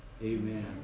Amen